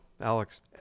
Alex